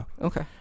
Okay